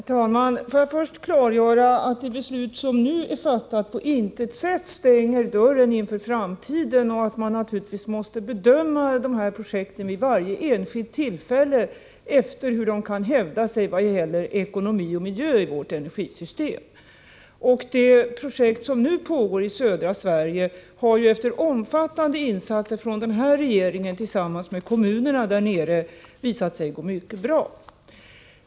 Herr talman! Får jag först klargöra att det beslut som nu är fattat på intet sätt stänger dörren inför framtiden och att man naturligtvis måste bedöma dessa projekt vid varje enskilt tillfälle efter hur de kan hävda sig vad gäller ekonomi och miljö i vårt energisystem. Det projekt som nu pågår i södra Sverige har, efter omfattande insatser från den här regeringen tillsammans med kommunerna där nere, visat sig gå mycket bra.